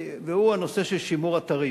והוא הנושא של שימור אתרים.